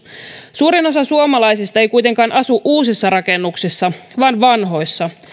suurin osa suomalaisista ei kuitenkaan asu uusissa rakennuksissa vaan vanhoissa